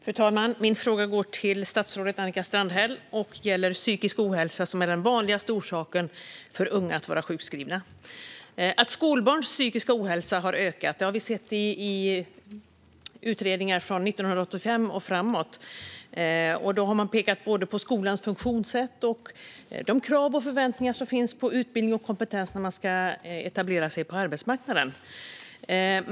Fru talman! Min fråga går till statsrådet Annika Strandhäll och gäller psykisk ohälsa, som är den vanligaste orsaken för unga att vara sjukskrivna. Att skolbarns psykiska ohälsa har ökat har vi sett i utredningar från 1985 och framåt. Man har pekat på både skolans funktionssätt och de krav och förväntningar som finns på utbildning och kompetens när unga ska etablera sig på arbetsmarknaden.